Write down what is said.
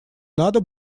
надо